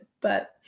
but-